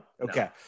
Okay